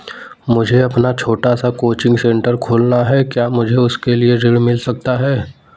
मुझे अपना छोटा सा कोचिंग सेंटर खोलना है क्या मुझे उसके लिए ऋण मिल सकता है?